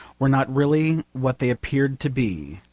were not really what they appeared to be.